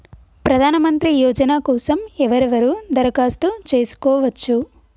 ప్రధానమంత్రి యోజన కోసం ఎవరెవరు దరఖాస్తు చేసుకోవచ్చు?